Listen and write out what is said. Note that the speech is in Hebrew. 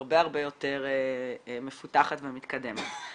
בצורה הרבה הרבה יותר מפותחת ומתקדמת.